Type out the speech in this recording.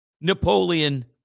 Napoleon